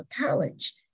college